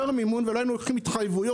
מימון ולא היינו לוקחים התחייבויות.